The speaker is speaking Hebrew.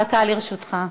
דקה לרשותך.